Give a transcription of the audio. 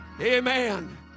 Amen